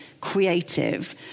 creative